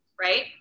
right